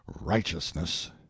righteousness